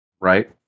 right